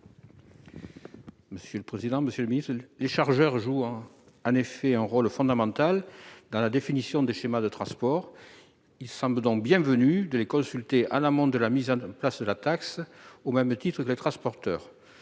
Quel est l'avis de la commission ? Les chargeurs jouent en effet un rôle fondamental dans la définition des schémas de transport. Il semble donc bienvenu de les consulter en amont de la mise en place de la taxe, au même titre que les transporteurs.